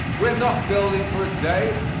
we are not building for a day,